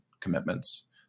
commitments